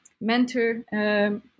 mentor